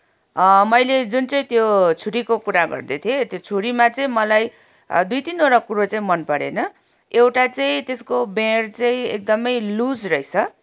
मैले जुन चाहिँ त्यो छुरीको कुरा गर्दै थिएँ त्यो छुरीमा चाहिँ मलाई दुई तिनवटा कुरो चाहिँ मनपरेन एउटा चाहिँ त्यसको बिँड चाहिँ एकदमै लुज रहेछ